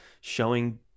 showing